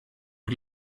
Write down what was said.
und